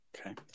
okay